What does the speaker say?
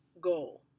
goal